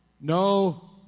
No